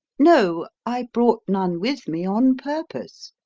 no i brought none with me on purpose,